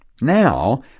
Now